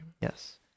Yes